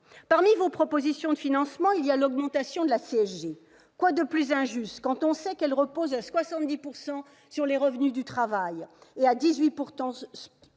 Parmi vos propositions de financement, il y a l'augmentation de la CSG. Quoi de plus injuste quand on sait qu'elle repose à 70 % sur les revenus du travail et à 18 % sur les retraites ?